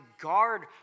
guard